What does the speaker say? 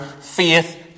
faith